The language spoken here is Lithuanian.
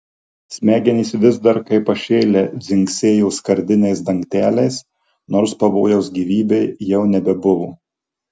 smegenys vis dar kaip pašėlę dzingsėjo skardiniais dangteliais nors pavojaus gyvybei jau nebebuvo